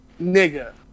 nigga